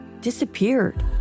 disappeared